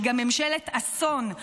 היא גם ממשלת אסון,